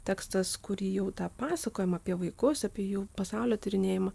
tekstas kurį jau tą pasakojimą apie vaikus apie jų pasaulio tyrinėjimą